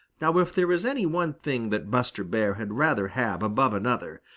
now if there is any one thing that buster bear had rather have above another,